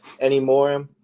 anymore